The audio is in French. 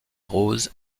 roses